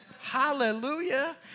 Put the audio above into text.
hallelujah